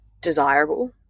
desirable